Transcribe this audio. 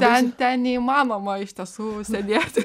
ten ten neįmanoma iš tiesų sėdėti